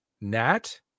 Nat